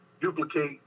duplicate